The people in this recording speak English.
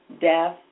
death